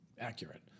accurate